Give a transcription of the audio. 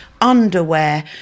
underwear